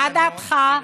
מה דעתך?